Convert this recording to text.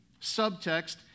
Subtext